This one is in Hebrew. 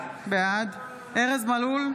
בעד ארז מלול,